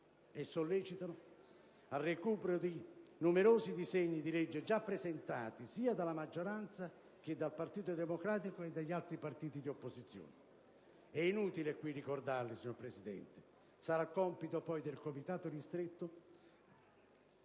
e sollecitano il recupero di numerosi disegni di legge già presentati dalla maggioranza, dal Partito Democratico e dagli altri partiti di opposizione. È inutile qui ricordarli: sarà compito poi del Comitato ristretto